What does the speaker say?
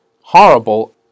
horrible